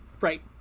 Right